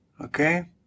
Okay